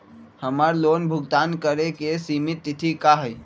हमर लोन भुगतान करे के सिमित तिथि का हई?